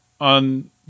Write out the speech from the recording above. on